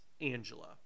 Angela